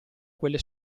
quelle